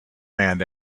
man